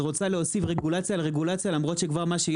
את רוצה להוסיף רגולציה על רגולציה למרות כבר מה שיש?